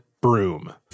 broom